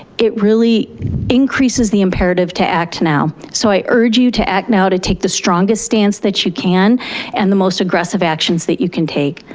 it really increases the imperative to act now, so i urge you to act now to take the strongest stance that you can and the most aggressive actions that you can take.